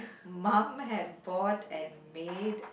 mum had bought and made